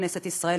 בכנסת ישראל,